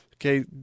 Okay